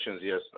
yes